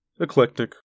eclectic